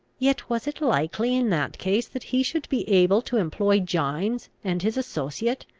yet was it likely in that case that he should be able to employ gines and his associate,